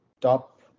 top